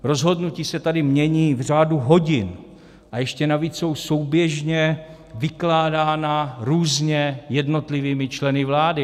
Rozhodnutí se tady mění v řádu hodin, a ještě navíc jsou souběžně vykládána různě jednotlivými členy vlády.